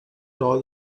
saw